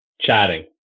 Chatting